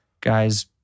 guys